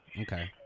Okay